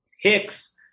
Hicks